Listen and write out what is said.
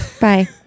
bye